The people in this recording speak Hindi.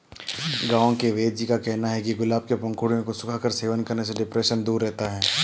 गांव के वेदजी का कहना है कि गुलाब के पंखुड़ियों को सुखाकर सेवन करने से डिप्रेशन दूर रहता है